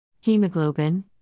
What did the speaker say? Hemoglobin